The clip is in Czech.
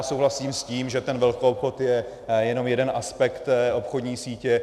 Souhlasím s tím, že ten velkoobchod je jenom jeden aspekt obchodní sítě.